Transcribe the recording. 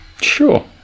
Sure